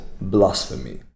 blasphemy